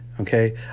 okay